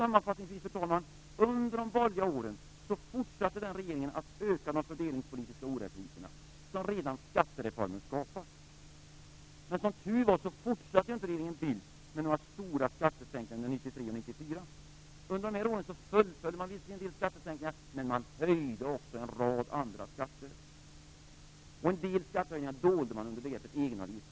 Sammanfattningsvis vill jag, fru talman, säga att regeringen under de borgerliga åren fortsatte att öka de fördelningspolitiska orättvisor som redan skattereformen skapat. Men som tur var fortsatte regeringen Bildt inte med några stora skattesänkningar under 1993 och 1994. Under dessa år fullföljde man visserligen en del skattesänkningar, men man höjde också en rad andra skatter. En del skattehöjningar dolde man under begreppet egenavgifter.